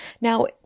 Now